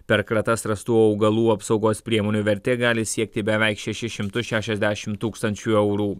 per kratas rastų augalų apsaugos priemonių vertė gali siekti beveik šešis šimtus šešiasdešimt tūkstančių eurų